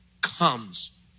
comes